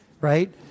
right